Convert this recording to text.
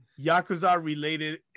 Yakuza-related